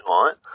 right